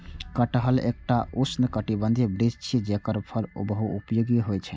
कटहल एकटा उष्णकटिबंधीय वृक्ष छियै, जेकर फल बहुपयोगी होइ छै